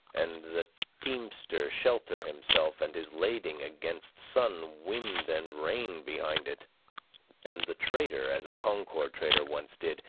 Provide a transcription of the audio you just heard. and the teamster shelter himself and his lading against sun, wind, and rain behind it and the trader, as a concord trader once did,